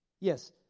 yes